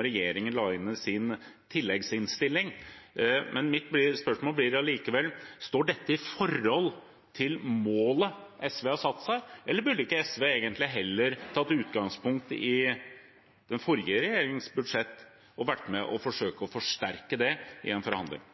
regjeringen la inn i sin tilleggsproposisjon, men spørsmålet mitt blir allikevel: Står dette i forhold til målet SV har satt seg, eller burde ikke SV heller tatt utgangspunkt i den forrige regjeringens budsjett og forsøkt å forsterke det i forhandlinger?